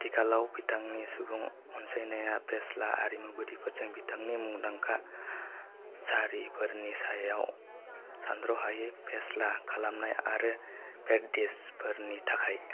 आथिखालाव बिथांनि सुबुं अनसायनाया फेस्ला आरिमुगिरिफोरजों बिथांनि मुंदांखा सारिफोरनि सायाव सानथ्र'हायै फेस्ला खालामनाय आरो पेर'दिजफोरनि थाखाय